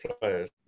players